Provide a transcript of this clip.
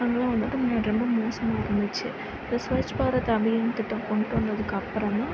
அங்கெல்லாம் வந்துட்டு முன்னாடி ரொம்ப மோசமாக இருந்துச்சு இப்போ ஸ்வச் பாரத் அபியான் திட்டம் கொண்டுட்டு வந்ததுக்கு அப்புறந்தான்